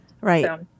Right